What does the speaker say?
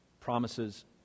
promises